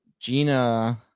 Gina